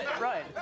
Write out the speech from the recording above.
right